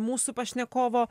mūsų pašnekovo